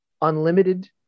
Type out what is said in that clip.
unlimited